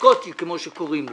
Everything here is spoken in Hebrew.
הסקוטי כמו שקוראים לו,